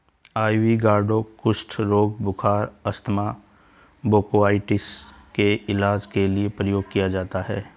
ivy gourd कुष्ठ रोग, बुखार, अस्थमा, ब्रोंकाइटिस के इलाज के लिए प्रयोग किया जाता है